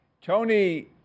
Tony